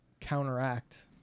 counteract